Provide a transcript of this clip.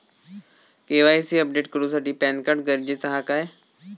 KYC update करूसाठी PAN card गरजेचा हा काय?